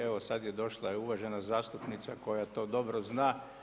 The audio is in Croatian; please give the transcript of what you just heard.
Evo sada je došla i uvažena zastupnica koja to dobro zna.